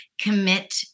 commit